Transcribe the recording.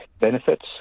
benefits